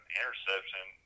interception